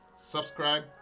Subscribe